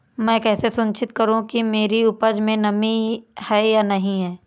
मैं कैसे सुनिश्चित करूँ कि मेरी उपज में नमी है या नहीं है?